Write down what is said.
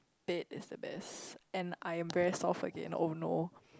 beat is the best and I'm very soft again oh no